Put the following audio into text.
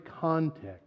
context